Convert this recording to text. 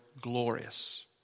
glorious